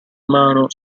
mano